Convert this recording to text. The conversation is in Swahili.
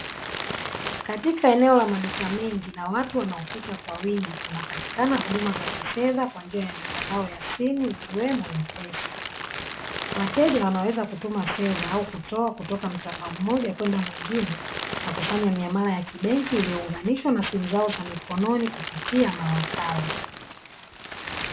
Katika eneo la maduka mengi na watu wanaopita kwa wingi kunapatikana huduma za kifedha kwa njia ya mitandao ya simu ikiwemo M-pesa. Wateja wanaweza kutuma fedha au kutoa kutoka mitandao mmoja kwenda mwingine, na kufanya miamala ya kibenki iliyounganishwa na simu zao za mkononi kupitia mawakala.